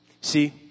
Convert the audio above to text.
See